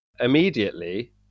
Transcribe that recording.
immediately